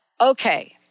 Okay